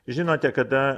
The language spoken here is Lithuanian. žinote kada